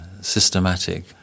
systematic